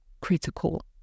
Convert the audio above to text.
critical